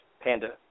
Panda